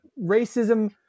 racism